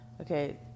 okay